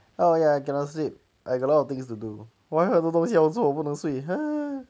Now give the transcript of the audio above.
ya ya cannot sleep I got out of things to do 我还有很多东西要做我不能睡 !huh!